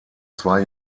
zwei